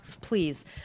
please